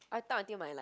I talk until my like